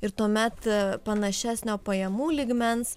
ir tuomet panašesnio pajamų lygmens